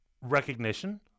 recognition